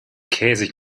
käsig